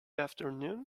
afternoon